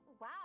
Wow